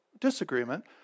disagreement